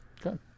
Good